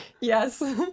Yes